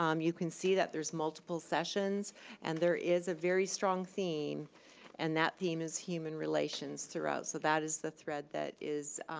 um you can see that there's multiple sessions and there is a very strong theme and that theme is human relations throughout so that is the thread that is,